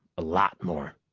a lot more.